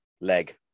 Leg